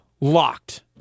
locked